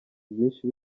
byinshi